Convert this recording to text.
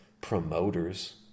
promoters